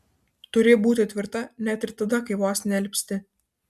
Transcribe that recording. turi būti tvirta net ir tada kai vos nealpsti